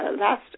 last